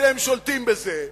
אתם שולטים בזה,